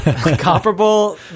Comparable